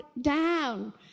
down